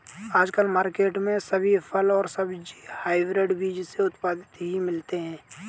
आजकल मार्केट में सभी फल और सब्जी हायब्रिड बीज से उत्पादित ही मिलती है